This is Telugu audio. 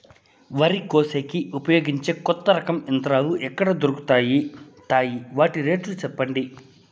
వరి కోసేకి ఉపయోగించే కొత్త రకం యంత్రాలు ఎక్కడ దొరుకుతాయి తాయి? వాటి రేట్లు చెప్పండి?